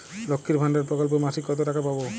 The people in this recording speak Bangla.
লক্ষ্মীর ভান্ডার প্রকল্পে মাসিক কত টাকা পাব?